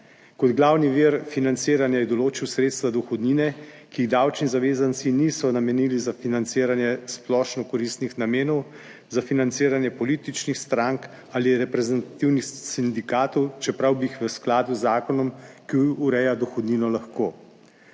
Kot glavni vir financiranja je določil sredstva dohodnine, ki jih davčni zavezanci niso namenili za financiranje splošno koristnih namenov, za financiranje političnih strank ali reprezentativnih sindikatov, čeprav bi jih v skladu z zakonom, ki ureja dohodnino lahko.